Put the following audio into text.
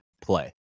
play